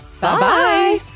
Bye-bye